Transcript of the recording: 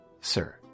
sir